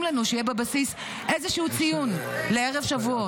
לנו שיהיה בבסיס איזשהו ציון לערב שבועות.